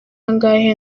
angahe